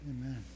Amen